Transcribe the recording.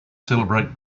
celebrate